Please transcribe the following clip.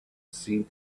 seemed